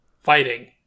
Fighting